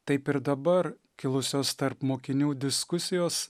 taip ir dabar kilusios tarp mokinių diskusijos